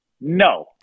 No